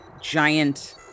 giant